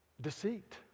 Deceit